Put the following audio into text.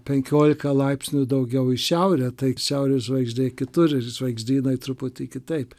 penkiolika laipsnių daugiau į šiaurę tai šiaurės žvaigždė kitur žvaigždynai truputį kitaip